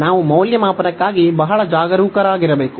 ನಾವು ಮೌಲ್ಯಮಾಪನಕ್ಕಾಗಿ ಬಹಳ ಜಾಗರೂಕರಾಗಿರಬೇಕು